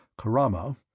Karama—